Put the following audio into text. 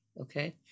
Okay